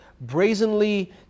brazenly